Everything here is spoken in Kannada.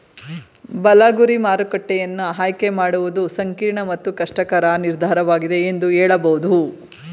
ಬಲ ಗುರಿ ಮಾರುಕಟ್ಟೆಯನ್ನ ಆಯ್ಕೆ ಮಾಡುವುದು ಸಂಕೀರ್ಣ ಮತ್ತು ಕಷ್ಟಕರ ನಿರ್ಧಾರವಾಗಿದೆ ಎಂದು ಹೇಳಬಹುದು